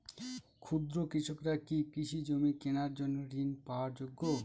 ক্ষুদ্র কৃষকরা কি কৃষি জমি কেনার জন্য ঋণ পাওয়ার যোগ্য?